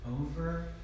over